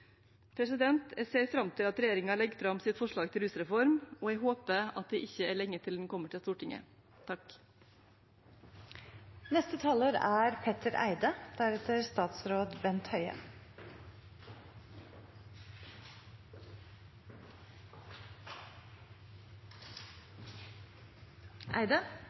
Jeg ser fram til at regjeringen legger fram sitt forslag til rusreform, og jeg håper at det ikke er lenge til den kommer til Stortinget. Neste taler er representanten Petter Eide.